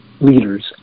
leaders